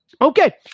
Okay